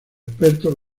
expertos